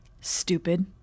Stupid